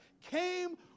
came